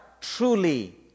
truly